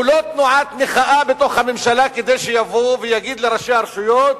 הוא לא תנועת מחאה בתוך הממשלה כדי שיבואו ויגיד לראשי הרשויות: